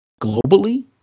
globally